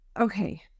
okay